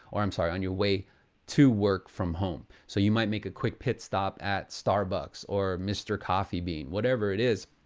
or i'm sorry on your way to work from home. so you might make a quick pit stop at starbucks or mr. coffee bean, whatever it is.